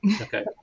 Okay